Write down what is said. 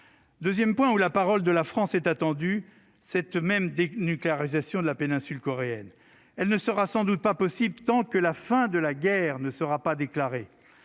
deuxième point où la parole de la France est attendue par nos amis coréens. La dénucléarisation de la péninsule ne sera sans doute pas possible tant que la fin de la guerre ne sera pas déclarée.